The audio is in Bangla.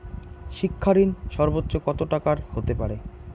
শিক্ষা ঋণ সর্বোচ্চ কত টাকার হতে পারে?